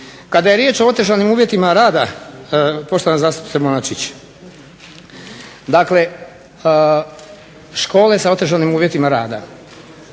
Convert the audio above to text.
Kada je riječ o otežanim uvjetima rada poštovana zastupnice Bonačnić dakle škole sa otežanim uvjetima rada.